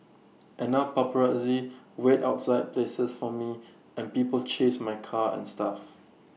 and now paparazzi wait outside places for me and people chase my car and stuff